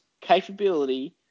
capability